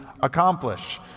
accomplish